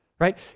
right